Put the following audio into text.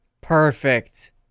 perfect